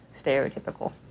stereotypical